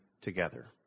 together